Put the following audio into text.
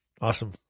Awesome